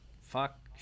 fuck